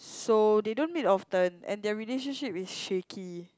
so they don't meet often and their relationship is shaky